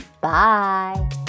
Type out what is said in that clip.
bye